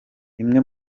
imwe